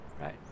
right